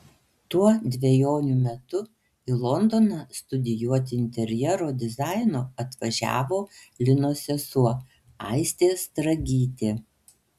tuo dvejonių metu į londoną studijuoti interjero dizaino atvažiavo linos sesuo aistė stragytė